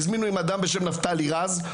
הזמינו גם אדם בשם נפתלי רז,